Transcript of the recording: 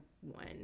one